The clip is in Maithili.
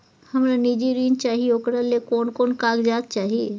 हमरा निजी ऋण चाही ओकरा ले कोन कोन कागजात चाही?